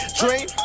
dream